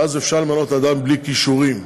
שאז אפשר למנות אדם בלי כישורים.